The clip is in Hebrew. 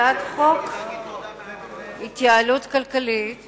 הצעת חוק ההתייעלות כלכלית